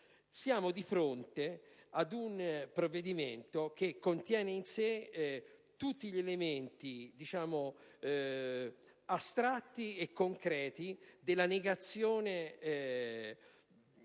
Siamo di fronte ad un provvedimento che contiene in sé tutti gli elementi, astratti e concreti, della negazione di